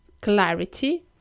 clarity